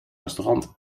restaurant